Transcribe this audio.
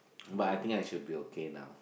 but I think I should be okay now